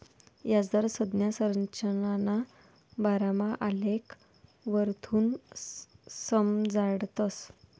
याजदर संज्ञा संरचनाना बारामा आलेखवरथून समजाडतस